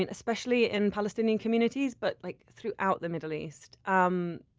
and especially in palestinian communities but like throughout the middle east, um